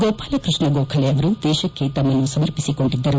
ಗೋಪಾಲಕೃಷ್ಣ ಗೋಖಲೆ ಅವರು ದೇಶಕ್ಕೆ ತಮ್ಮನ್ನು ಸಮರ್ಪಿಸಿಕೊಂಡಿದ್ದರು